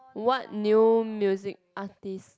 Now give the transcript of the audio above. what new music artist